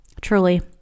truly